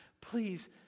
please